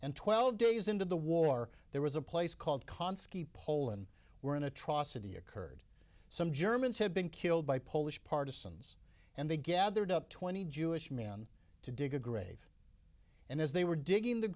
and twelve days into the war there was a place called conscript poland where an atrocity occurred some germans had been killed by polish partisans and they gathered up twenty jewish man to dig a grave and as they were digging the